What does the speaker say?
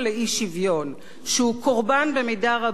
שהוא קורבן במידה רבה לדתו,